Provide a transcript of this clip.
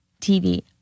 TV